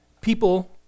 People